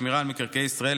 שמירה על מקרקעי ישראל,